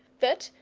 that,